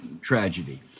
tragedy